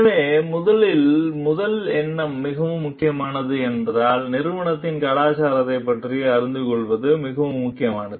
எனவே முதலில் முதல் எண்ணம் மிகவும் முக்கியமானது என்பதால் நிறுவனத்தின் கலாச்சாரத்தைப் பற்றி அறிந்து கொள்வது மிகவும் முக்கியமானது